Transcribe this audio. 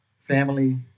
family